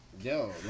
Yo